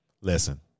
Listen